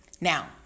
Now